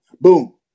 Boom